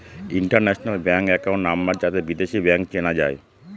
international bank account number যাতে বিদেশী bank চেনা যায়